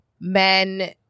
men